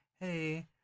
Hey